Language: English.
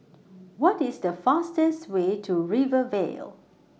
What IS The fastest Way to Rivervale